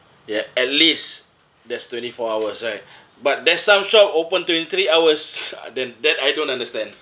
ya at least there's twenty four hours right but there's some shop open twenty three hours then that I don't understand